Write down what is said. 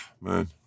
man